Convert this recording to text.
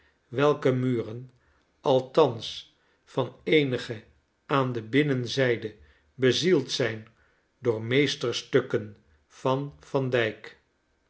welke muren althans van eenige aan de binnenzijde bezield zijn door meesterstukken van van dijk